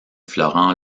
florent